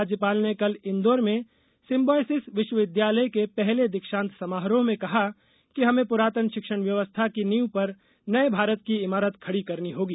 राज्यपाल ने कल इंदौर में सिम्बायोसिस विश्वविद्यालय के पहले दीक्षांत समारोह में कहा कि हमें पुरातन शिक्षण व्यवस्था की नींव पर नए भारत की इमारत खड़ी करनी होगी